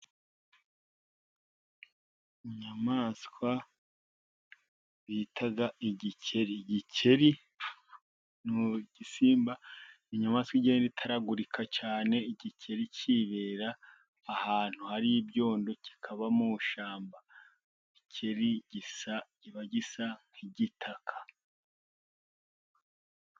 Inyamaswa bita igikeri. Igikeri ni igisimba, ni inyamaswa igenda itaragurika cyane, igikeri kibera ahantu hari ibyondo, kikaba mu ishyamba, igikeri kiba gisa nk'igitaka.